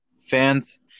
Fans